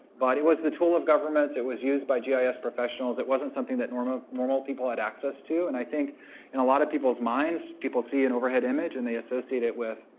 but it was the tool of governments. it was used by gis professionals. it wasn't something that normal normal people had access to. and i think in a lot of people's minds, people see an overhead image, and they associate it with